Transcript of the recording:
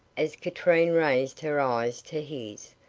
as katrine raised her eyes to his,